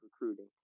recruiting